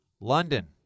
London